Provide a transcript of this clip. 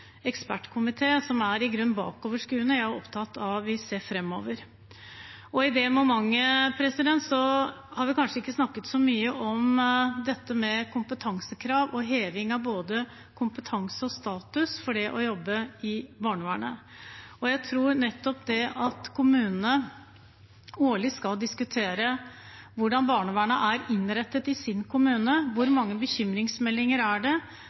i grunnen er bakoverskuende. Jeg er opptatt av at vi ser framover. I det momentet har vi kanskje ikke snakket så mye om dette med kompetansekrav og heving av både kompetanse og status for dem som jobber i barnevernet. Jeg har tro på nettopp det at kommunene årlig skal diskutere hvordan barnevernet er innrettet i sin kommune, hvor mange bekymringsmeldinger det er,